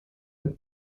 mit